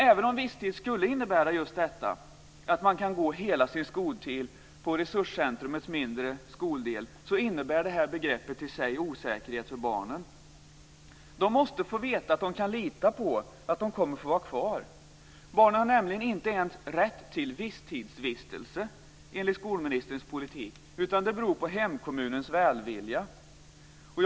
Även om "visstid" skulle innebära just detta, dvs. att man kan gå hela sin skoltid på resurscentrumets mindre skoldel, innebär begreppet i sig osäkerhet för barnen. De måste få veta att de kan lita på att de kommer att få vara kvar. Barnen har nämligen inte ens rätt till visstidsvistelse enligt skolministerns politik, utan det beror på hemkommunens välvilja om barnet får vistas på skolan eller inte.